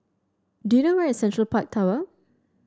do you know where is Central Park Tower